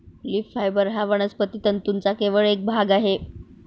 leaf fibre हा वनस्पती तंतूंचा केवळ एक भाग आहे